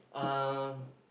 um